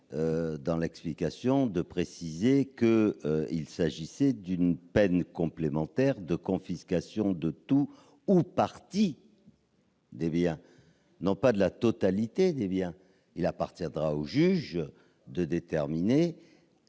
puisse avoir omis de préciser qu'il s'agissait d'une peine complémentaire de confiscation de tout ou partie des biens, et non de la totalité des biens. Il appartiendra au juge de déterminer,